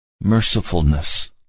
mercifulness